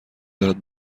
دارد